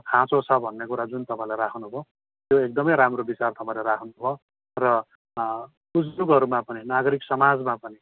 खाँचो छ भन्ने कुरा जुन तपाईँले राख्नुभयो त्यो एकदमै राम्रो विचार तपाईँले राख्नुभयो र बुजुर्गहरूमा पनि नागरिक समाजमा पनि